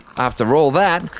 after all that,